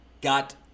got